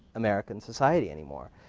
american society anymore.